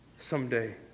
someday